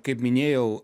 kaip minėjau